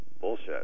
bullshit